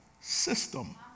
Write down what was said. system